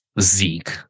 Zeke